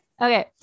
Okay